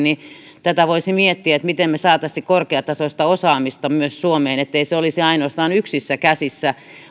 ovat paikalla niin tätä voisi miettiä miten me saisimme korkeatasoista osaamista myös suomeen ettei se olisi ainoastaan yksissä käsissä